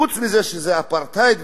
חוץ מזה שזה אפרטהייד.